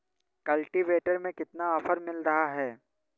Cultivator में कितना offer मिल रहा है?